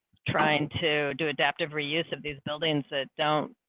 trying to do adaptive reuse of these buildings that don't.